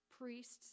priests